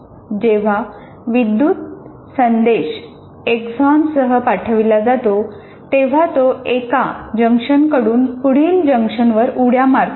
जेव्हा विद्युत संदेश एक्सॉनसह पाठविला जातो तेव्हा तो एका जंक्शनकडून पुढील जंक्शनवर उड्या मारतो